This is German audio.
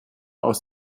aus